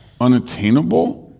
unattainable